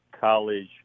college